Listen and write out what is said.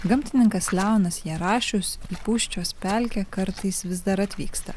gamtininkas leonas jarašius pūsčios pelkę kartais vis dar atvyksta